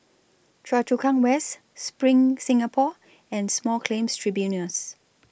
Choa Chu Kang West SPRING Singapore and Small Claims Tribunals